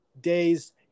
days